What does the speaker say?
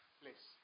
place